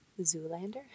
Zoolander